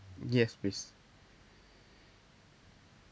yes please